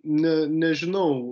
ne nežinau